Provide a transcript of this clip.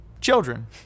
children